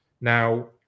Now